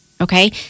Okay